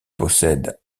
possède